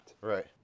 right